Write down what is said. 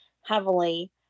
heavily